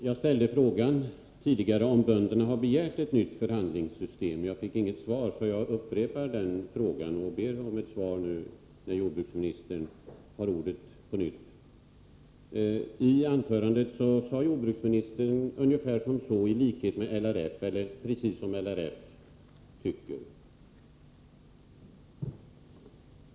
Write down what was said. Fru talman! Jag frågade tidigare om bönderna har begärt ett nytt förhandlingssystem. Jag fick inget svar. Jag upprepar därför den frågan och ber om ett svar nu när jordbruksministern får ordet på nytt. I sitt anförande sade jordbruksministern: ”i likhet med vad RLF tycker”.